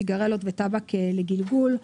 סיגרלות וטבק לגלגול.